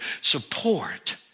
support